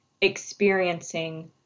experiencing